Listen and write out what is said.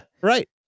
right